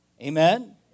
Amen